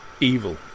evil